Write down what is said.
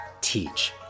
teach